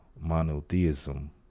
monotheism